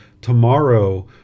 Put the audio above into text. tomorrow